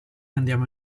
andiamo